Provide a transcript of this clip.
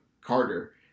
Carter